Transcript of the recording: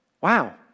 wow